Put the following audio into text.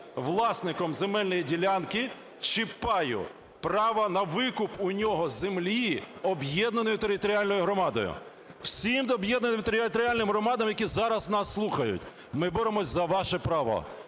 власником земельної ділянки чи паю, право на викуп у нього землі об'єднаною територіальною громадою. Всім об'єднаним територіальним громадам, які зараз нас слухають: ми боремось за ваше право.